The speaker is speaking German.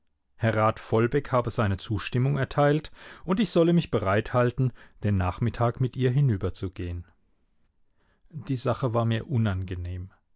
herr rat vollbeck habe seine zustimmung erteilt und ich solle mich bereit halten den nachmittag mit ihr hinüberzugehen die sache war mir unangenehm